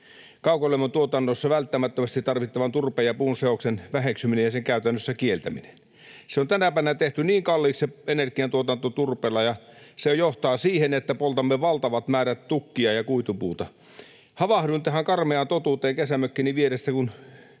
kaukolämmön tuotannossa välttämättömästi tarvittavan turpeen ja puun seoksen väheksymisen ja sen käytännössä kieltämisen. Tänäpänä on tehty niin kalliiksi energiantuotanto turpeella, ja se johtaa siihen, että poltamme valtavat määrät tukkia ja kuitupuuta. Havahduin tähän karmeaan totuuteen, kun suuri metsäyhtiö